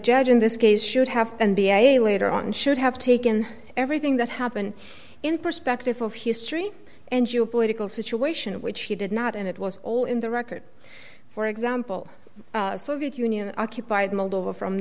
judge in this case should have and be a later on should have taken everything that happened in perspective of history and geopolitical situation which he did not and it was all in the record for example soviet union occupied moldova from